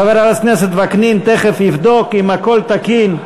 חבר הכנסת וקנין תכף יבדוק אם הכול תקין.